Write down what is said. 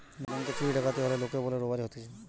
ব্যাংকে চুরি ডাকাতি হলে লোকে বলে রোবারি হতিছে